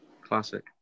Classic